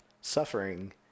suffering